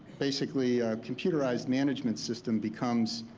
basically computerized management system becomes